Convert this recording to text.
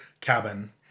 cabin